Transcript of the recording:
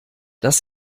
dass